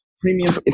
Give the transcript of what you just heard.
premium